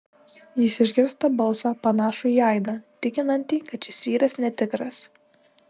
jis išgirsta balsą panašų į aidą tikinantį kad šis vyras netikras